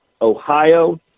Ohio